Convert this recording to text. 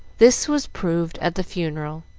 this was proved at the funeral,